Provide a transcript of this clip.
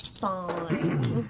fine